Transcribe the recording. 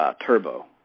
turbo